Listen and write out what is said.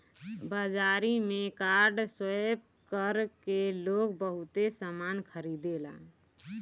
बाजारी में card swipe कर के लोग बहुते सामना खरीदेला